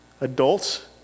adults